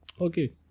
okay